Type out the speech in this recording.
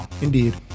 indeed